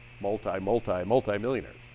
multi-multi-multi-millionaires